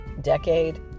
decade